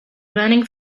burning